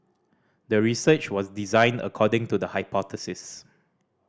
the research was designed according to the hypothesis